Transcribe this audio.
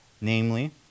namely